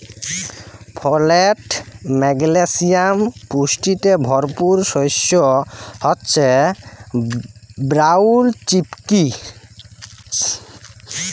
folate, magnesium পুষ্টিতে ভরপুর শস্য হচ্যে ব্রাউল চিকপি